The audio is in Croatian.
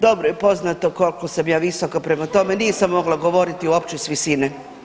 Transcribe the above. Dobro je poznato koliko sam ja visoka prema tome nisam mogla govoriti uopće s visine.